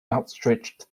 outstretched